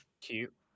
Cute